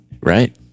right